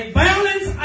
violence